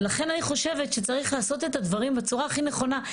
ולכן אני חושבת שצריך לעשות את הדברים בצורה הכי נכונה.